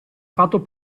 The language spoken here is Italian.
fatto